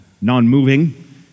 non-moving